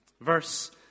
Verse